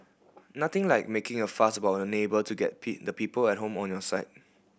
nothing like making a fuss about a neighbour to get the people at home on your side